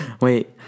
Wait